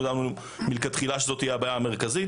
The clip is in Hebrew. ידענו מלכתחילה שזאת תהיה הבעיה המרכזית,